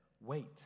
Wait